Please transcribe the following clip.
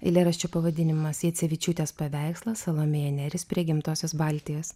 eilėraščio pavadinimas jacevičiūtės paveikslas salomėja nėris prie gimtosios baltijos